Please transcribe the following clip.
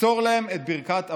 מסור להם את ברכת אביך".